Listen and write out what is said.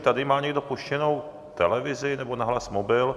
Tady má někdo puštěnou televizi nebo nahlas mobil?